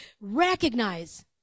recognize